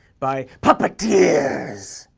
by puppeteers!